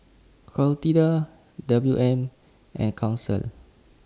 Clotilda W M and Council